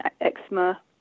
eczema